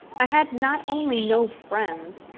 i had not only no friends,